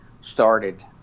started